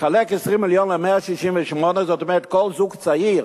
לחלק 20 מיליון ל-168, זאת אומרת שכל זוג צעיר,